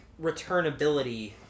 returnability